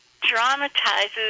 dramatizes